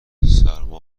سرما